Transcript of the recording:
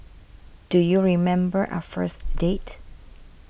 do you remember our first date